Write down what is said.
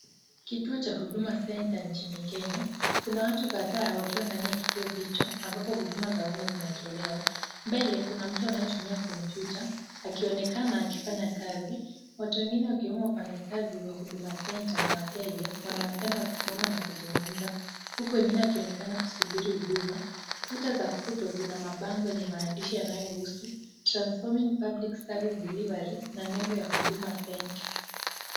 Kituo cha Huduma Centre nchini Kenya. Kuna watu kadhaa wakiwa ndani ya kituo hicho ambapo huduma za umma zinatolewa. Mbele, kuna mtu anayetumia kompyuta, akionekana akifanya kazi. Watu wengine wakiwemo wafanyikazi wa Huduma Centre na wateja, wanaonekana wakisimama na kuzungumza. Huku wengine wakionekana kusubiri huduma. Kuta za kuto zina mabango yenye maandishi yanayohusu Transforming public service delivery na nembo ya Huduma Centre.